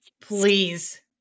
Please